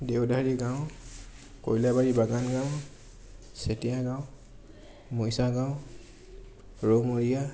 দেউধাৰী গাঁও কইলাবাৰী বাগান গাওঁ চেতিয়া গাঁও মইছা গাঁও ৰৌমূৰীয়া